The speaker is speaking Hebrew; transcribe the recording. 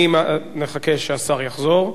אני מחכה שהשר יחזור.